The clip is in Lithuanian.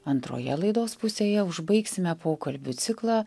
antroje laidos pusėje užbaigsime pokalbių ciklą